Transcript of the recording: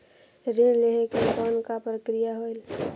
ऋण लहे के कौन का प्रक्रिया होयल?